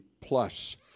plus